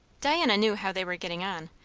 diana knew how they were getting on,